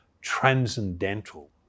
transcendental